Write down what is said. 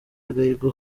agahigo